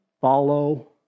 follow